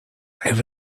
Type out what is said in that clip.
have